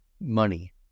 money